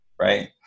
right